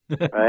Right